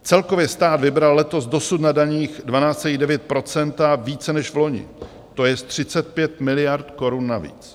Celkově stát vybral letos dosud na daních 12,9 procenta, více než vloni, tj. 35 miliard korun navíc.